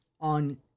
On